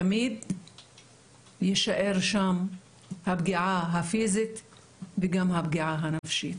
תמיד תישאר שם הפגיעה הפיזית וגם הפגיעה הנפשית,